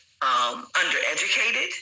undereducated